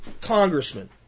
congressman